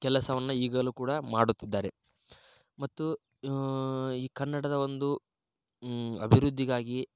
ಕೆಲಸವನ್ನು ಈಗಲೂ ಕೂಡ ಮಾಡುತ್ತಿದ್ದಾರೆ ಮತ್ತು ಈ ಕನ್ನಡದ ಒಂದು ಅಭಿವೃದ್ದಿಗಾಗಿ